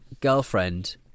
girlfriend